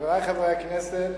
חברי חברי הכנסת,